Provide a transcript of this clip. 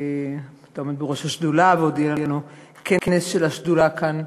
שאתה עומד בראש השדולה ועוד יהיה לנו כנס של השדולה כאן,